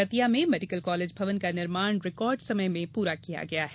दतिया में medical college भवन का निर्माण रिकार्ड समय में पूरा किया गया है